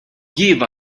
give